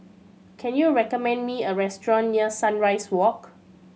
can you recommend me a restaurant near Sunrise Walk